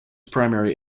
primary